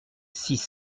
six